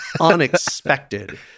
unexpected